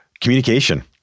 communication